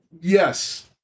Yes